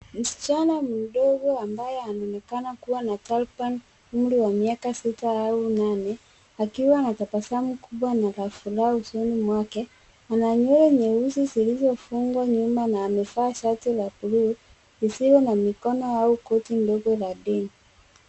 Msichana mdogo ambaye anaonekana kuwa na takriban muundo wa miaka sita au nane akiwa na tabasamu kubwa na la furaha usoni mwake kuna nywele nyeusi zilizofungwa nyuma na amevaa shati la buluu isiyo na mikono au koti ndogo la dini.